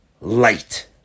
light